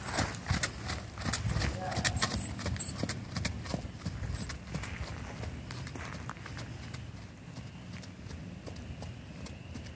कुत्थै ऐ